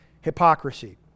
hypocrisy